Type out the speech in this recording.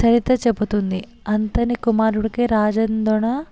చరిత్ర చెబుతోంది అంతని కుమారునికి రాజేంద్రున